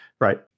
right